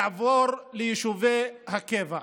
לעבור ליישובי הקבע.